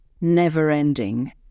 never-ending